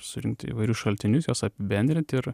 surinkti įvairius šaltinius juos apibendrint ir